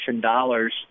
dollars